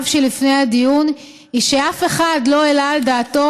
שלפני הדיון היא שאף אחד לא העלה על דעתו